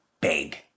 big